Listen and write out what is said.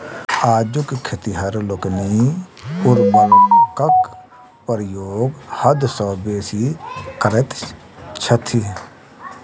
आजुक खेतिहर लोकनि उर्वरकक प्रयोग हद सॅ बेसी करैत छथि